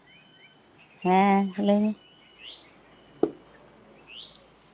ᱦᱮᱸ ᱞᱟᱹᱭ ᱢᱮ